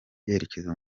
yerekeza